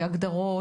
הגדרות,